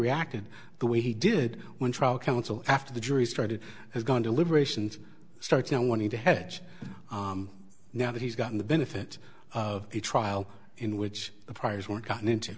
reacted the way he did when trial counsel after the jury started has gone deliberations starts you know wanting to hedge now that he's gotten the benefit of the trial in which the priors were gotten into